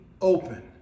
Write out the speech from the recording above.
open